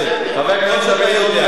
לקרוא לי לסדר.